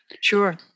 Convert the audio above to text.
Sure